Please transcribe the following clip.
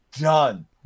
done